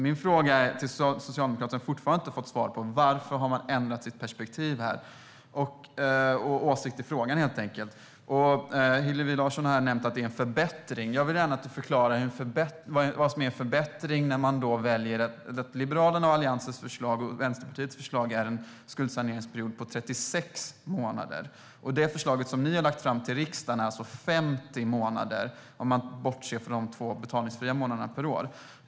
Min fråga till Socialdemokraterna, som jag fortfarande inte har fått svar på, är: Varför har man ändrat sitt perspektiv och sin åsikt i frågan? Du nämnde att det är en förbättring, Hillevi Larsson. Jag vill gärna att du förklarar vad som är en förbättring. Liberalernas och Alliansens förslag och Vänsterpartiets förslag är en skuldsaneringsperiod på 36 månader. Det förslag som ni har lagt fram för riksdagen är 50 månader, om man bortser från de två betalningsfria månaderna per år.